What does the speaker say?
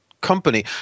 Company